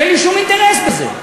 אין לי שום אינטרס בזה.